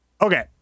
Okay